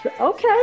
okay